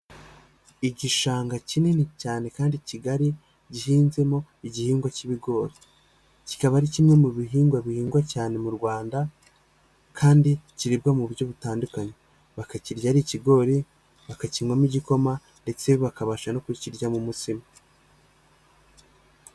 Igishanga kinini cyane kandi kigari gihinzemo igihingwa k'ibigori kikaba ari kimwe mu bihingwa bihingwa cyane mu Rwanda kandi kiribwa mu buryo butandukanye, bakakirya ari ikigori, bakakinywamo igikoma, ndetse bakabasha no kukirya mo umutsima.